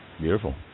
Beautiful